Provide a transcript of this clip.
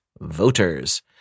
voters